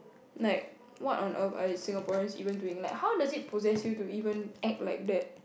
like what on earth are Singaporeans even doing how does it process you to even act like that